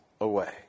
away